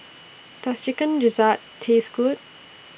Does Chicken Gizzard Taste Good